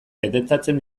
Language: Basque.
detektatzen